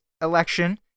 election